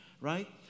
right